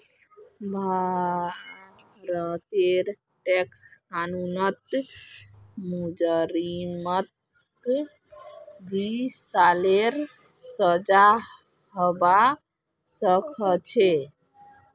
भारतेर टैक्स कानूनत मुजरिमक दी सालेर सजा हबा सखछे